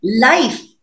life